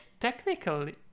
Technically